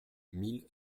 mille